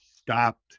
stopped